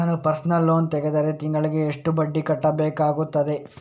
ನಾನು personal loan ತೆಗೆದರೆ ತಿಂಗಳಿಗೆ ಎಷ್ಟು ಬಡ್ಡಿ ಕಟ್ಟಬೇಕಾಗುತ್ತದೆ?